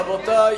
רבותי,